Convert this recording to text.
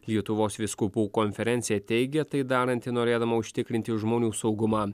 lietuvos vyskupų konferencija teigė tai daranti norėdama užtikrinti žmonių saugumą